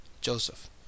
joseph